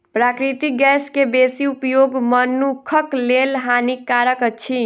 प्राकृतिक गैस के बेसी उपयोग मनुखक लेल हानिकारक अछि